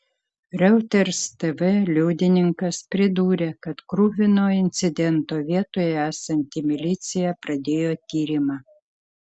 reuters tv liudininkas pridūrė kad kruvino incidento vietoje esanti milicija pradėjo tyrimą